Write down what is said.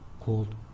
called